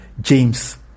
James